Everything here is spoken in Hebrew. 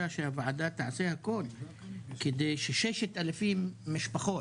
שהוועדה תעשה הכל כדי ש-6,000 משפחות,